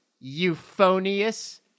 euphonious